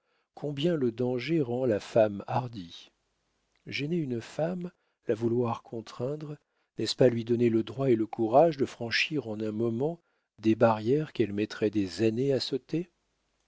combien le danger rend la femme hardie gêner une femme la vouloir contraindre n'est-ce pas lui donner le droit et le courage de franchir en un moment des barrières qu'elle mettrait des années à sauter